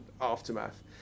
Aftermath